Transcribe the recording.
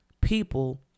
people